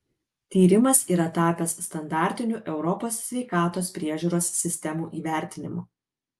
tyrimas yra tapęs standartiniu europos sveikatos priežiūros sistemų įvertinimu